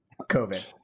covid